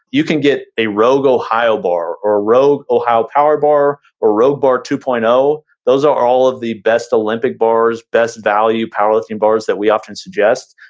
you can get a rogue ohio bar or a rogue ohio power bar or a rogue bar two point zero, those are all of the best olympic bars, best value powerlifting bars that we often suggest.